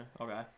Okay